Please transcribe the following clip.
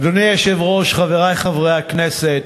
אדוני היושב-ראש, חברי חברי הכנסת,